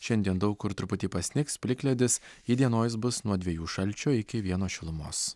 šiandien daug kur truputį pasnigs plikledis įdienojus bus nuo dviejų šalčio iki vieno šilumos